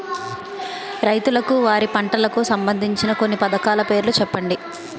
రైతులకు వారి పంటలకు సంబందించిన కొన్ని పథకాల పేర్లు చెప్పండి?